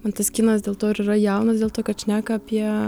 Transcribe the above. man tas kinas dėl to ir yra jaunas dėl to kad šneka apie